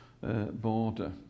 border